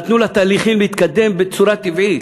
נתנו לתהליכים להתקדם בצורה טבעית.